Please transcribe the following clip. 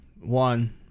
one